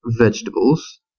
vegetables